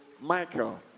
michael